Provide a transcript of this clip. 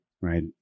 Right